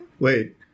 Wait